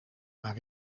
maar